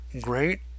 great